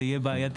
זה יהיה בעייתי?